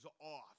off